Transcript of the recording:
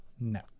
No